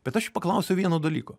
bet aš paklausiau vieno dalyko